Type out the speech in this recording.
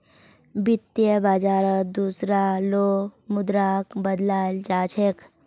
वित्त बाजारत दुसरा लो मुद्राक बदलाल जा छेक